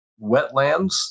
wetlands